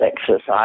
exercise